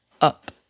up